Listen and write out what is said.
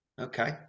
Okay